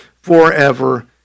forever